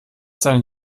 seine